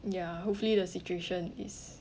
ya hopefully the situation is